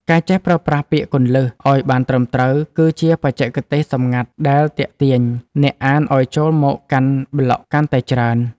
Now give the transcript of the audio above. ការចេះប្រើប្រាស់ពាក្យគន្លឹះ ឱ្យបានត្រឹមត្រូវ គឺជាបច្ចេកទេសសម្ងាត់ដែលទាក់ទាញអ្នកអានឱ្យចូលមកកាន់ប្លក់កាន់តែច្រើន។